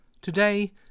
Today